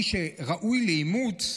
מי שראוי לאימוץ,